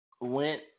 went